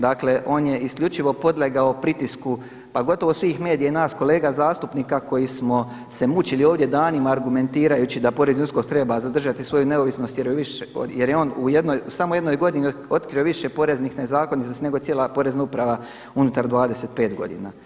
Dakle on je isključivo podlegao pritisku pa gotovo svih medija i nas kolega zastupnika koji smo se mučili ovdje danima argumentirajući da Porezni USKOK treba zadržati svoju neovisnost jer je on u samo jednoj godini otkrio više poreznih nezakonitosti nego cijela Porezna uprava unutar 25 godina.